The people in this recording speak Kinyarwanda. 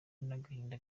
n’agahinda